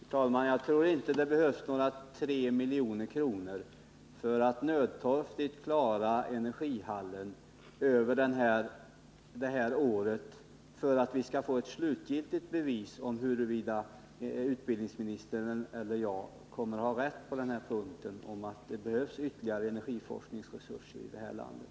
Fru talman! Jag tror inte att det behövs några 3 milj.kr. för att nödtorftigt klara energihallen det här året, tills vi får ett slutgiltigt bevis på om utbildningsministern eller jag har rätt när det gäller frågan om huruvida det behövs ytterligare energiforskningsresurser i det här landet.